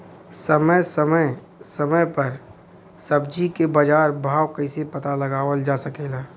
समय समय समय पर सब्जी क बाजार भाव कइसे पता लगावल जा सकेला?